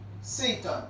satan